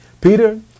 Peter